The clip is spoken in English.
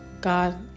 God